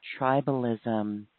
tribalism